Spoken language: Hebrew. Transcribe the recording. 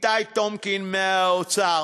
איתי טיומקין מהאוצר